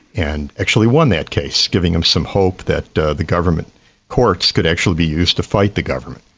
and actually won that case, giving him some hope that the government courts could actually be used to fight the government.